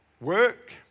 Work